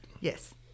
Yes